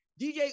DJ